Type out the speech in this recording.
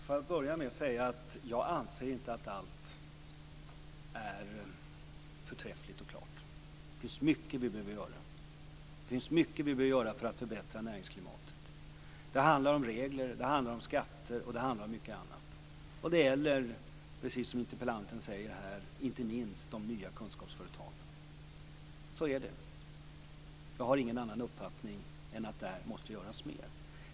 Fru talman! Låt mig först säga att jag inte anser att allt är förträffligt och klart. Det finns mycket som vi behöver göra för att förbättra näringsklimatet. Det handlar om regler, om skatter och om mycket annat. Det gäller också, precis som interpellanten säger, inte minst de nya kunskapsföretagen. Jag har ingen annan uppfattning än att det här måste göras mer.